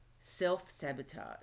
self-sabotage